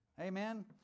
Amen